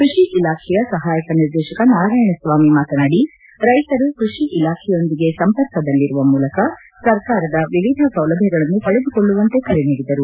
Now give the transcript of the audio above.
ಕೃಷಿ ಇಲಾಖೆಯ ಸಹಾಯಕ ನಿರ್ದೇಶಕ ನಾರಾಯಣಸ್ವಾಮಿ ಮಾತನಾಡಿ ರೈತರು ಕೃಷಿ ಇಲಾಖೆಯೊಂದಿಗೆ ಸಂಪರ್ಕದಲ್ಲಿರುವ ಮೂಲಕ ಸರ್ಕಾರದ ವಿವಿಧ ಸೌಲಭ್ಞಗಳನ್ನು ಪಡೆದುಕೊಳ್ಳುವಂತೆ ಕರೆ ನೀಡಿದರು